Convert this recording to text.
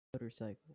motorcycle